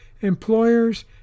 Employers